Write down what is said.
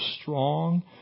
strong